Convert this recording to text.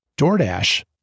Doordash